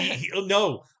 no